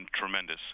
tremendous